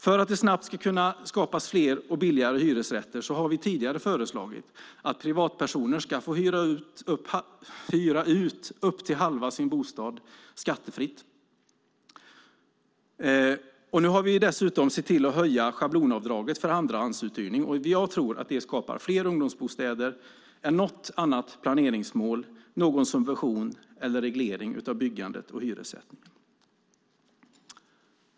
För att det snabbt ska kunna skapas fler och billiga hyresrätter har vi tidigare föreslagit att privatpersoner ska få hyra ut upp till halva sin bostad skattefritt. Nu har vi dessutom sett till att höja schablonavdraget för andrahandsuthyrning. Jag tror att det skapar fler ungdomsbostäder än något annat planeringsmål, någon subvention eller reglering av byggandet och hyressättningen.